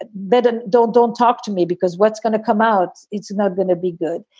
but better, don't don't talk to me because what's gonna come out? it's not going to be good.